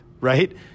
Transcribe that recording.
right